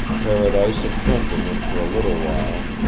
paradise had come to him for a little while,